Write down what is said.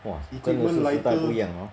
!wah! 真的是时代不一样 hor